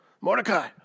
Mordecai